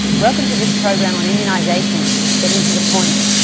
welcome to this program on immunisation getting to the point.